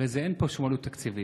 הרי אין פה שום עלות תקציבית.